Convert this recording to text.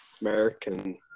American